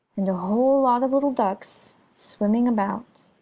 and a whole lot of little ducks swimming about.